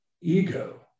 ego